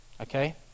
okay